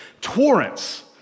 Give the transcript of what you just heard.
Torrents